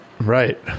Right